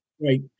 Right